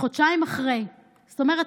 חודשיים אחריף זאת אומרת,